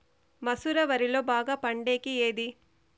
మసూర వరిలో బాగా పండేకి ఏది?